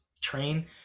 train